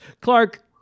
Clark